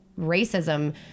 racism